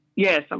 Yes